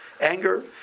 Anger